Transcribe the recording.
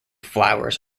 flowers